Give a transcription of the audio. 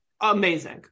amazing